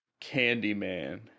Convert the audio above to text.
Candyman